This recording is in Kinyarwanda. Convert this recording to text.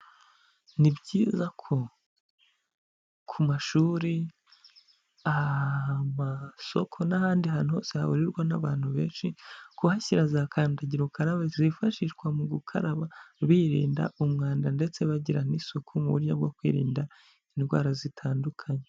Ni byiza ko ku mashuri, amasoko, n'ahandi hantu hose hahurirwa n'abantu benshi, kuhashyira za kandagira ukarabe zifashishwa mu gukaraba birinda umwanda ndetse bagira n'isuku mu buryo bwo kwirinda indwara zitandukanye.